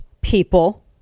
people